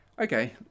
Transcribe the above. okay